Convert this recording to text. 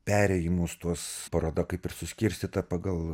perėjimus tuos paroda kaip ir suskirstyta pagal